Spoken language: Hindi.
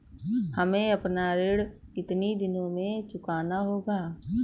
हमें अपना ऋण कितनी दिनों में चुकाना होगा?